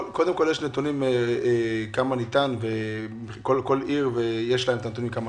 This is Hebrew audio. יש נתונים כמה ניתן, גם לכל עיר יש נתונים.